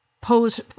pose